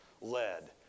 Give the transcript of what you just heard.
led